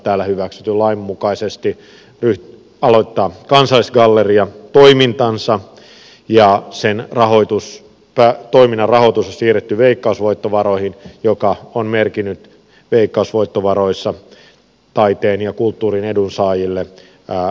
täällä hyväksytyn lain mukaisesti aloittaa kansalaisgalleria toimintansa ja sen toiminnan rahoitus on siirretty veikkausvoittovaroihin mikä on merkinnyt veikkausvoittovaroissa taiteen ja kulttuurin edunsaajille säästöjä